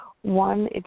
One